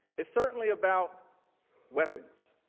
is certainly about weapons.